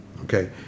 okay